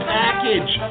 package